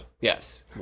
Yes